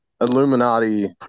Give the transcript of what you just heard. Illuminati